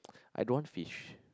I don't want fish